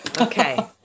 Okay